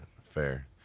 Fair